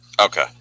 Okay